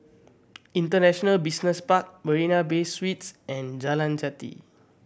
International Business Park Marina Bay Suites and Jalan Jati